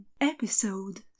episode